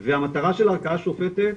והמטרה של הערכאה שופטת,